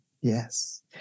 yes